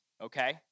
okay